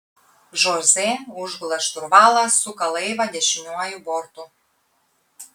žoze užgula šturvalą suka laivą dešiniuoju bortu